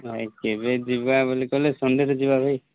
ନାଇଁ କେବେ ଯିବା ବୋଲି କହିଲେ ସନ୍ଡେରେ ଯିବା ଭାଇ